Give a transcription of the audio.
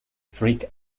freak